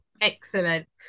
excellent